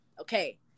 okay